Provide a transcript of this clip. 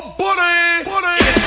buddy